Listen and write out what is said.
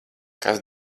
kas